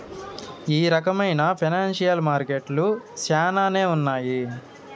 ఈ రకమైన ఫైనాన్సియల్ మార్కెట్లు శ్యానానే ఉన్నాయి